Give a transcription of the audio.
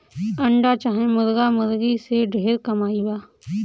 अंडा चाहे मुर्गा मुर्गी से ढेर कमाई बा